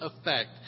effect